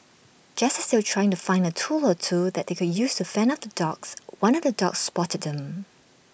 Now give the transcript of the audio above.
just as they were trying to find A tool or two that they could use to fend off the dogs one of the dogs spotted them